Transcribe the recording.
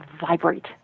vibrate